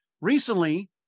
Recently